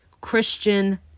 christian